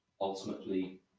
ultimately